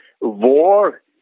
war